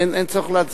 אין צורך להצביע?